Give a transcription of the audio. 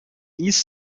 east